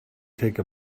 take